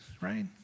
right